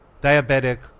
diabetic